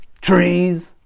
trees